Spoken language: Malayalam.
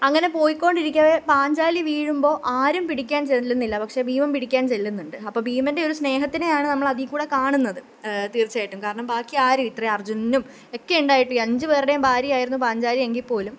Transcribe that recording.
അങ്ങനെ പോയി കൊണ്ടിരിക്കെ പാഞ്ചാലി വീഴുമ്പോൾ ആരും പിടിക്കാൻ ചെല്ലുന്നില്ല പക്ഷെ ഭീമന് പിടിക്കാന് ചെല്ലുന്നുണ്ട് അപ്പം ഭീമന്റെ ഒരു സ്നേഹത്തിനേയാണ് നമ്മൾ അതിൽ കൂടെ തീർച്ചയായും കാണുന്നത് തീര്ച്ചയായിട്ടും കാരണം ബാക്കി ആരും ഇത്ര അര്ജുനനും ഒക്കെ ഉണ്ടായിട്ടും ഈ അഞ്ചു പേരുടേയും ഭാര്യയായിരുന്നു പാഞ്ചാലി എങ്കിൽ പോലും